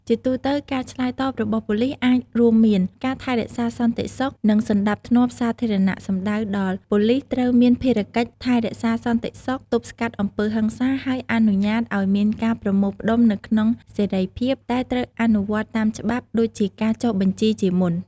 ជាទូទៅ ការឆ្លើយតបរបស់ប៉ូលីសអាចរួមមាន ការថែរក្សាសន្តិសុខ និងសណ្តាប់ធ្នាប់សាធារណៈសំដៅដល់ ប៉ូលីសត្រូវមានភារៈកិច្ចថែរក្សាសន្តិសុខ ទប់ស្កាត់អំពើហិង្សា ហើយអនុញ្ញាតឲ្យមានការប្រមូលផ្តុំនៅក្នុងសេរីភាព តែត្រូវអនុវត្តតាមច្បាប់ ដូចជាការចុះបញ្ជីជាមុន។